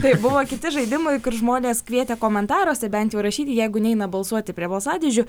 taip buvo kiti žaidimai kur žmonės kvietė komentaruose bent jau rašyti jeigu neina balsuoti prie balsadėžių